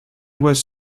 was